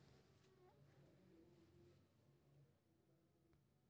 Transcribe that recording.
भारत मे एखन प्रबंधित विनिमय दर प्रणाली चलन मे छै